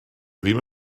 ddim